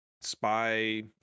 spy